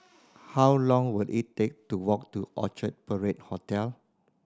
how long will it take to walk to Orchard Parade Hotel